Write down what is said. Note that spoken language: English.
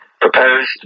proposed